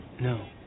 No